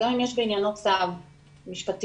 גם אם יש בעניינו צו משפטי.